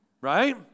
right